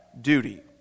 duty